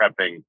prepping